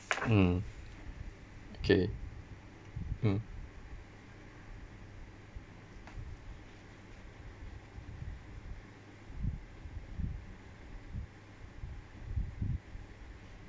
mm okay mm